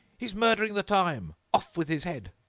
he's murdering the time! off with his head!